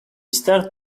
started